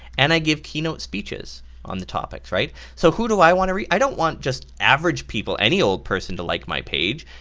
and i give keynote speeches on the topics, so who do i want to reach? i don't want just average people, any old person to like my page,